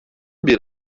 bir